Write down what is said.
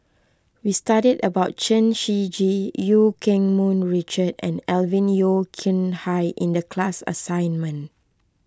we studied about Chen Shiji Eu Keng Mun Richard and Alvin Yeo Khirn Hai in the class assignment